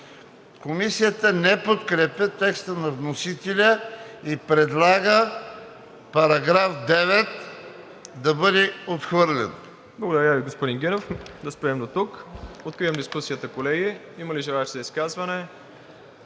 Комисията не подкрепя текста на вносителя и предлага § 44 да бъде отхвърлен.